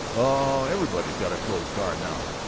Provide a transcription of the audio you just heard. oh, everybody's got a closed car now,